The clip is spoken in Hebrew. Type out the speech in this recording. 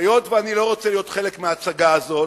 היות שאני לא רוצה להיות חלק מההצגה הזאת,